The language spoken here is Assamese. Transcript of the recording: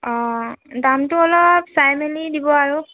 অঁ দামটো অলপ চাই মেলি দিব আৰু